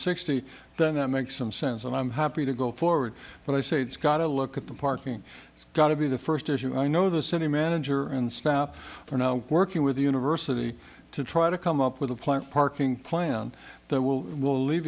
sixty then that makes some sense and i'm happy to go forward but i say it's got to look at the parking it's got to be the first issue i know the city manager and staff are now working with the university to try to come up with a plant parking plan that will will